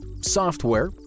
software